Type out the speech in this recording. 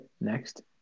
next